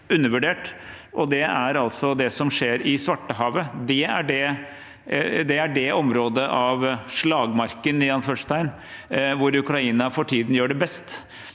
undervurdert, og det er det som skjer i Svartehavet. Det er det området av «slagmarken» hvor Ukraina for tiden gjør det best.